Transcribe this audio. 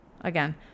again